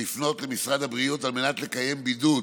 לפנות למשרד הבריאות על מנת לקיים בידוד